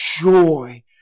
joy